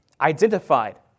identified